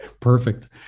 Perfect